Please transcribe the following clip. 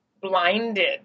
blinded